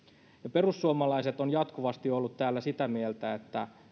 perussuomalaiset ovat jatkuvasti olleet täällä sitä mieltä että